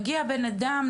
מגיע בנאדם,